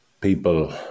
people